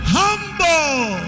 humble